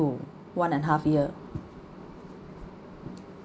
one and half year